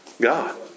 God